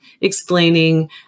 explaining